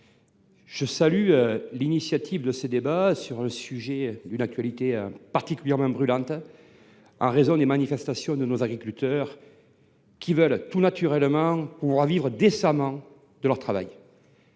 je salue l’initiative de ce débat sur un sujet d’une actualité particulièrement brûlante : il n’est qu’à voir les manifestations de nos agriculteurs, qui veulent bien légitimement pouvoir vivre décemment de leur travail.